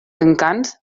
encants